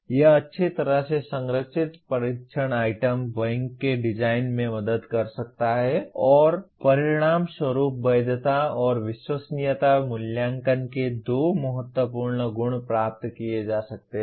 यह अच्छी तरह से संरचित परीक्षण आइटम बैंकों के डिजाइन में मदद कर सकता है और परिणामस्वरूप वैधता और विश्वसनीयता मूल्यांकन के दो महत्वपूर्ण गुण प्राप्त किए जा सकते हैं